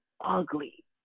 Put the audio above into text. ugly